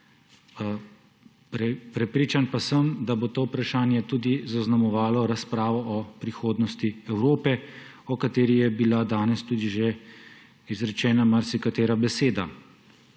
Prepričan sem, da bo to vprašanje zaznamovalo tudi razpravo o prihodnosti Evrope, o kateri je bila danes že izrečena marsikatera beseda.